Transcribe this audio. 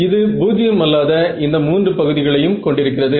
இது பூஜ்ஜியம் அல்லாத இந்த 3 பகுதிகளையும் கொண்டிருக்கிறது